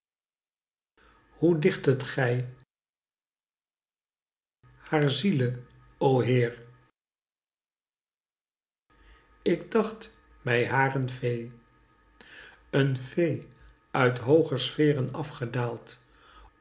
hoe dichttet gij haar ziele o heer ik dacht mij haar een fee een fee uit hooger sfeeren afgedaald